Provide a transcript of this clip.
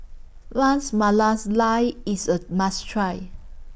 Ras IS A must Try